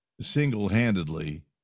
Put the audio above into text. single-handedly